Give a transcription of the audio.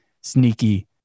sneaky